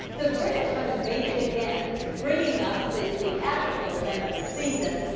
the british have invaded again bringing us the theatrical event of the season,